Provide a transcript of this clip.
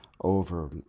over